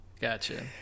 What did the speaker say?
Gotcha